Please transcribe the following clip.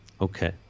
Okay